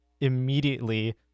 immediately